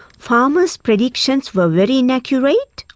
farmers' predictions were very inaccurate,